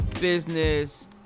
business